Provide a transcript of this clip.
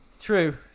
True